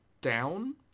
down